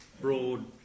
broad